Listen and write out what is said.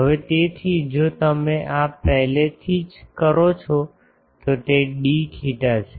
હવે તેથી જો તમે આ પહેલેથી જ કરો છો તો તે ડી થેટા છે